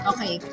Okay